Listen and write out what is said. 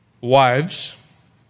wives